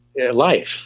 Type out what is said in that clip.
Life